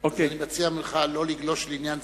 לכן אני מציע לך לא לגלוש לעניין זה,